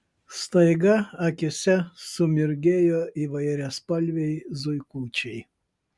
staiga akyse sumirgėjo įvairiaspalviai zuikučiai